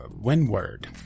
Windward